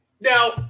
Now